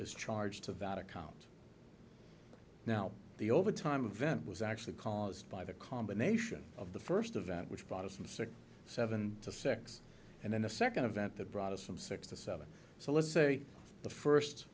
is charged to vatican and now the over time event was actually caused by the combination of the first event which brought us in six seven to sex and then a second event that brought us from six to seven so let's say the first